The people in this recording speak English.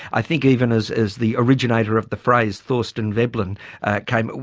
i think, even as as the originator of the phrase thorstein veblen came,